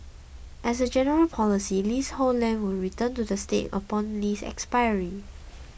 as a general policy leasehold land will return to the state upon lease expiry